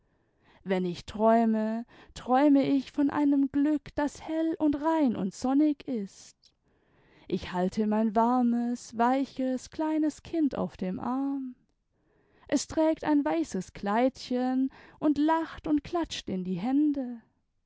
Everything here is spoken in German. wenn ich träume träume ich von einem glück das hell und rein und sonnig ist ich halte mein warmes weiches kleines kind auf dem arm es trägt ein weißes kleidchen und lacht und klatscht in die hände